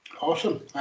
awesome